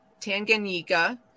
Tanganyika